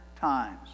times